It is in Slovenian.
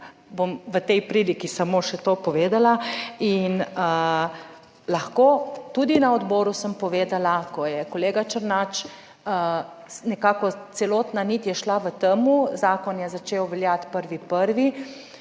bom v tej priliki samo še to povedala, in lahko, tudi na odboru sem povedala, ko je kolega Černač nekako celotna nit je šla v tem, zakon je začel veljati 1. 1.,